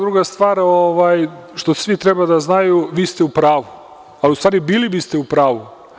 Druga stvar, što svi treba da znaju, vi ste u pravu, u stvari bili biste u pravu.